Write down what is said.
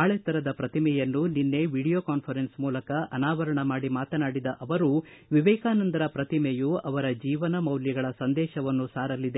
ಅಳೆತ್ತರದ ಪ್ರತಿಮೆಯನ್ನು ನಿನ್ನೆ video conference ಮೂಲಕ ಅನಾವರಣ ಮಾಡಿ ಮಾತನಾಡಿದ ಅವರು ವಿವೇಕಾನಂದರ ಪ್ರತಿಮೆಯು ಅವರ ಜೀವನ ಮೌಲ್ಯಗಳ ಸಂದೇಶವನ್ನು ಸಾರಲಿದೆ